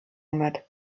mit